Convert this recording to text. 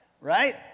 Right